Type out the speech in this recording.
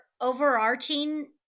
overarching